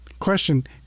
question